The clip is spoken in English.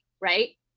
Right